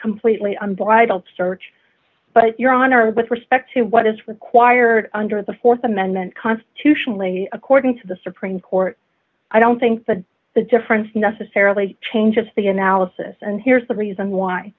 completely unbridled search but your honor with respect to what is required under the th amendment constitutionally according to the supreme court i don't think that the difference necessarily changes the analysis and here's the reason why